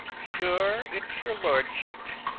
sure it's your lordship